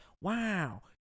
Wow